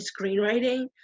screenwriting